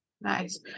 Nice